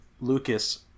Lucas